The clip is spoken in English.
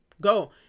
Go